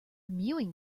mewing